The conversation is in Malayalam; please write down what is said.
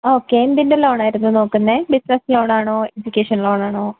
ഓക്കെ എന്തിൻ്റെ ലോണായിരുന്നു നോക്കുന്നത് ബിസിനസ് ലോണാണോ എഡ്യൂക്കേഷൻ ലോണാണോ